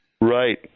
Right